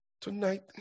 tonight